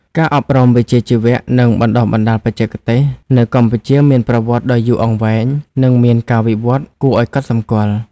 ការអប់រំវិជ្ជាជីវៈ និងបណ្ដុះបណ្ដាលបច្ចេកទេស នៅកម្ពុជាមានប្រវត្តិដ៏យូរអង្វែង និងមានការវិវត្តន៍គួរឱ្យកត់សម្គាល់។